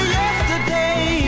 yesterday